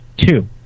two